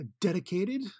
dedicated